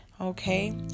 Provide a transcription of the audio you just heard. Okay